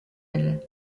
elle